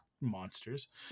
monsters